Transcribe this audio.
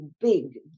big